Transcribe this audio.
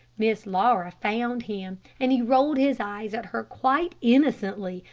miss laura found him, and he rolled his eyes at her quite innocently,